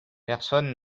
personne